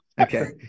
Okay